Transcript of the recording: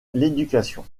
l’éducation